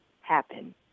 happen